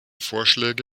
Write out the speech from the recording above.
vorschläge